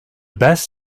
best